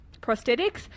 prosthetics